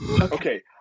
Okay